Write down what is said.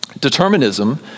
Determinism